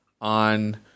on